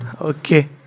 Okay